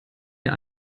der